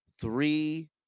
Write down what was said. three